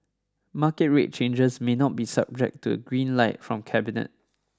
market rate changes may not be subject to a green light from cabinet